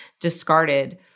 discarded